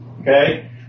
Okay